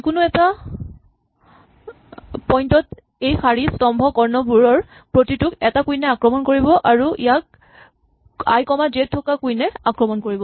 যিকোনো এটা পইন্ট ত এই শাৰী স্তম্ভ কৰ্ণবোৰৰ প্ৰতিটোক এটা কুইন এ আক্ৰমণ কৰিব আৰু ইয়াক আই কমা জে ত থকা কুইন এ আক্ৰমণ কৰিব